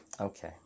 Okay